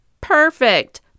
Perfect